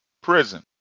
prison